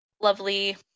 lovely